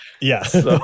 yes